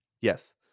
yes